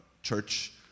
church